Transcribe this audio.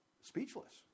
speechless